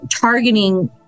targeting